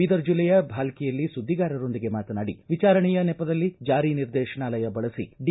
ಬೀದರ ಜಿಲ್ಲೆಯ ಭಾಲ್ಕಿಯಲ್ಲಿ ಸುದ್ದಿಗಾರರೊಂದಿಗೆ ಮಾತನಾಡಿ ವಿಚಾರಣೆಯ ನೆಪದಲ್ಲಿ ಜಾರಿ ನಿರ್ದೇಶನಾಲಯ ಬಳಸಿ ಡಿ